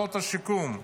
מינהלות השיקום.